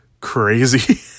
crazy